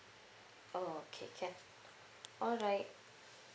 oh okay can alright